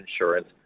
insurance